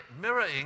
mirroring